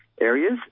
areas